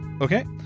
okay